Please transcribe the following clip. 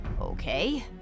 Okay